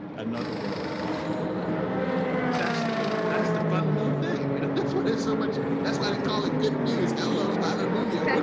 another world is possible that's the that's the fundamental thing you know that's what it's so much that's why they call it good news hello hallelujah